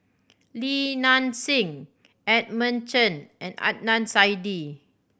Li Nanxing Edmund Chen and Adnan Saidi